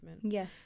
Yes